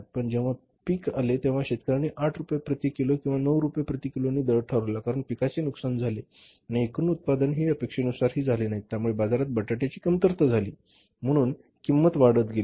पण जेव्हा पीक आले तेव्हा शेतकऱ्यांनी 8 रुपये प्रति किलो किंवा 9 रुपये प्रतिकिलो दर ठरवला कारण पिकाचे नुकसान झालेआणि एकूण उत्पादन हि अपेक्षेनुसार झाले नाहीत्यामुळे बाजारात बटाट्यांची कमतरता झाली म्हणून किंमत वाढत गेली